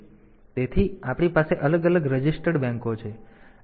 તેથી આપણી પાસે અલગ અલગ રજિસ્ટર્ડ બેંકો છે